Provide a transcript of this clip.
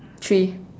three